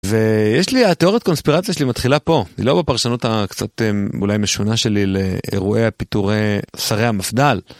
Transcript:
ויש לי, התיאוריית קונספירציה שלי מתחילה פה, היא לא בפרשנות הקצת אולי משונה שלי לאירועי הפיטורי שרי המפד"ל.